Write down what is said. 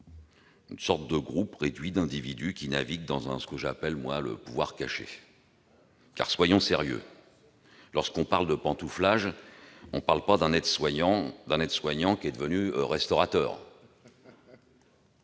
de caste, un groupe réduit d'individus naviguant dans ce que j'appelle le « pouvoir caché ». Car, soyons sérieux, lorsque l'on parle de pantouflage, on ne parle pas d'un aide-soignant devenu restaurateur.